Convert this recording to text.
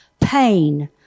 pain